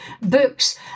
books